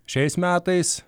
šiais metais